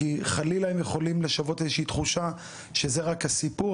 כי חלילה הם יכולים לשוות איזושהי תחושה שזה רק הסיפור,